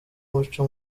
umuco